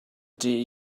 did